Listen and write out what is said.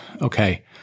okay